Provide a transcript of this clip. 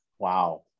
Wow